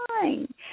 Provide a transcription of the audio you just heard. fine